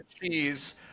cheese